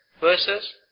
verses